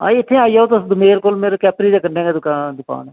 आं तुस इत्थें आई जाओ दोमेल मेरी कैपरी दे कन्नै गै दुकान ऐ